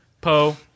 Poe